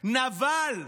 "נבל".